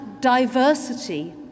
diversity